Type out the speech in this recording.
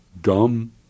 dumb